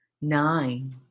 nine